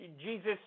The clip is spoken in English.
Jesus